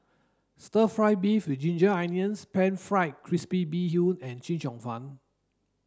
stir fry beef with ginger onions pan fried crispy bee hoon and Chee Cheong Fun